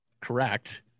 Correct